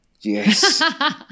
Yes